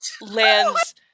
lands